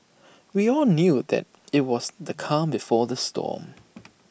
we all knew that IT was the calm before the storm